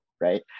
right